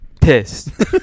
Pissed